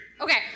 Okay